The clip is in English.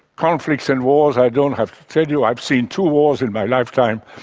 conflicts and wars, i don't have to tell you. i've seen two wars in my lifetime,